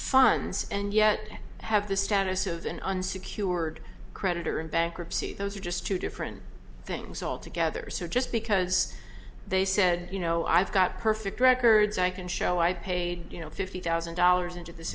funds and yet have the status of an unsecured creditors in bankruptcy those are just two different things altogether so just because they said you know i've got perfect records i can show i paid you know fifty thousand dollars into this